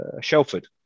Shelford